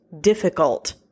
difficult